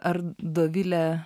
ar dovile